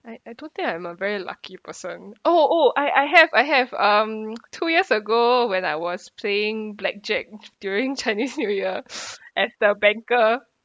I I don't think I am a very lucky person oh oh I I have I have um two years ago when I was playing blackjack during chinese new year as the banker